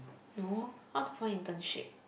no I want to find internship